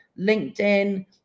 LinkedIn